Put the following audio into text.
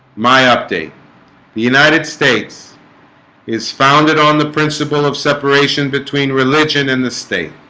my update the united states is founded on the principle of separation between religion and the state